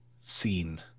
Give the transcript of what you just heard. seen